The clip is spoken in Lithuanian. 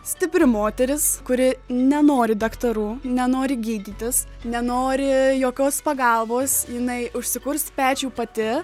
stipri moteris kuri nenori daktarų nenori gydytis nenori jokios pagalbos jinai užsikurs pečių pati